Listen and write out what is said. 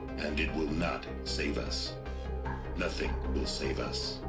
and it will not save us nothing. will save us